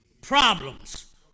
problems